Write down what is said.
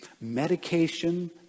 Medication